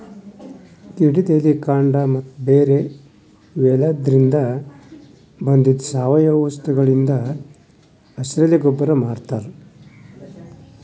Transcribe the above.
ಗಿಡದ್ ಎಲಿ ಕಾಂಡ ಮತ್ತ್ ಬೇರ್ ಇವೆಲಾದ್ರಿನ್ದ ಬಂದಿದ್ ಸಾವಯವ ವಸ್ತುಗಳಿಂದ್ ಹಸಿರೆಲೆ ಗೊಬ್ಬರ್ ಮಾಡ್ತಾರ್